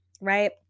right